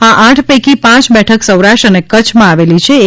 આ આઠ પૈકી પાંચ બેઠક સૌરાષ્ટ્ર અને કચ્છ માં આવેલીછે